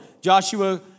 Joshua